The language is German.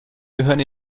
gehören